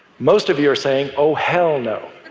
most of you are saying, oh, hell no!